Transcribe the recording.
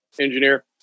engineer